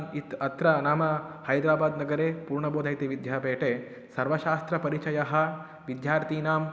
इतः अत्र नाम हैद्राबाद् नगरे पूर्णबोधः इति विद्यापीठे सर्वशास्त्रपरिचयः विद्यार्थीनां